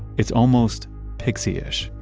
it's almost pixie-ish.